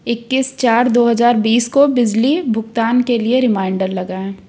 इक्कीस चार दो हज़ार बीस को बिजली भुगतान के लिए रिमाइंडर लगाएँ